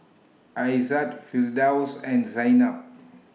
Aizat Firdaus and Zaynab